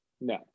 No